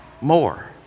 more